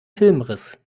filmriss